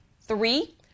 Three